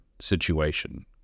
situation